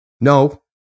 No